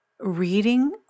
Reading